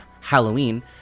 Halloween